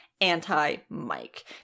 anti-Mike